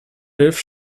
elf